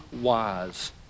wise